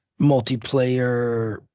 multiplayer